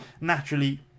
naturally